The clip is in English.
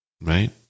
Right